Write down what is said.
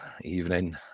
evening